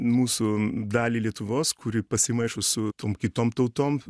mūsų dalį lietuvos kuri pasimaišo su tom kitom tautom